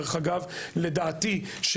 לדעתי,